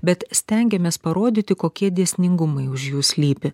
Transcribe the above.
bet stengiamės parodyti kokie dėsningumai už jų slypi